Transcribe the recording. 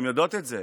אל תגיד את זה.